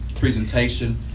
Presentation